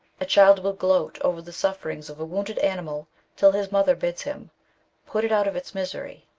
a child will gloat over the sufferings of a wounded animal till his mother bids him put it out of its misery.